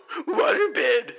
Waterbed